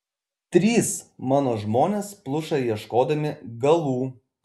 trys mano žmonės pluša ieškodami galų